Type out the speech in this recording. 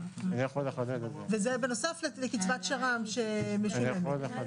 וזה בנוסף לקצבת שר"מ שמשולמת.